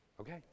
Okay